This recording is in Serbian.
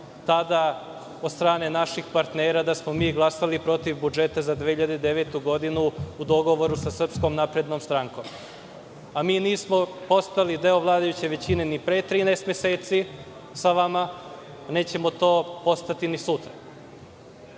tada od strane naših partnera da smo mi glasali protiv budžeta za 2009. godinu u dogovoru sa SNS, a mi nismo postali deo vladajuće većine ni pre 13 meseci sa vama, nećemo to postati ni sutra. Zbog